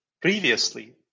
Previously